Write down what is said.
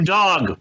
dog